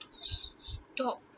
stop